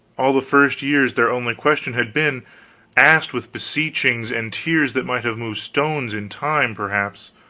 all the first years, their only question had been asked with beseechings and tears that might have moved stones, in time, perhaps,